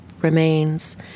remains